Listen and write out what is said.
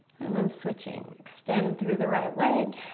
and then switching. extend through the right leg,